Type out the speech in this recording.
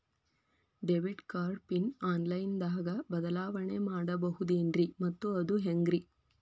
Debit card PIN online ದಾಗ ಬದಲಾವಣೆ ಮಾಡಬಹುದೇನ್ರಿ ಮತ್ತು ಅದು ಹೆಂಗ್ರಿ?